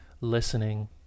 listening